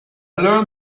learned